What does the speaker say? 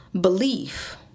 belief